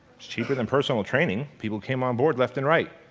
cheaper than personal training, people came on board left and right.